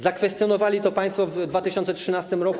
Zakwestionowali to państwo w 2013 r.